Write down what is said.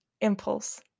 impulse